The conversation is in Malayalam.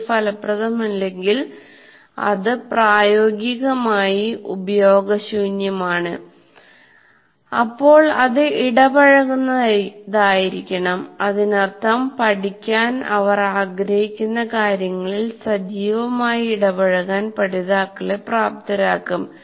ഇത് ഫലപ്രദമല്ലെങ്കിൽ അത് പ്രായോഗികമായി ഉപയോഗശൂന്യമാണ് അപ്പോൾ അത് ഇടപഴകുന്നതായിരിക്കണം അതിനർത്ഥം പഠിക്കാൻ അവർ ആഗ്രഹിക്കുന്ന കാര്യങ്ങളിൽ സജീവമായി ഇടപഴകാൻ പഠിതാക്കളെ പ്രാപ്തരാക്കും